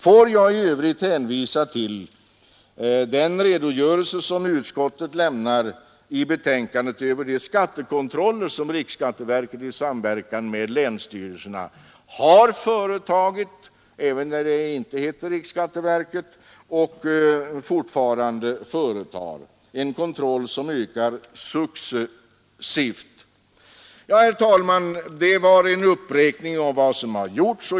Får jag i övrigt hänvisa till den redogörelse som utskottet lämnar i betänkandet över de skattekontroller som riksskatteverket i samverkan med länsstyrelserna har företagit och fortfarande företar, en kontroll som ökar successivt. Ja, herr talman, det här var en uppräkning av vad som har gjorts.